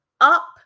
up